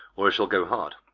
or it shall go hard.